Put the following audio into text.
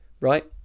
right